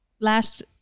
last